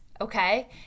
okay